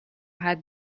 had